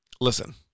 Listen